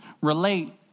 relate